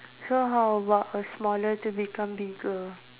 so how about a smaller to become bigger